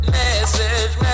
message